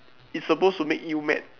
it's supposed to make you mad